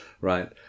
right